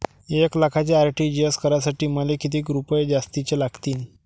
एक लाखाचे आर.टी.जी.एस करासाठी मले कितीक रुपये जास्तीचे लागतीनं?